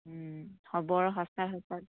ও বৰ সস্তা সস্তা